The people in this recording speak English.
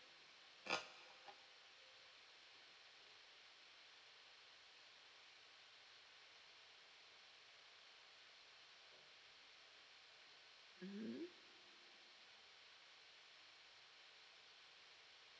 mmhmm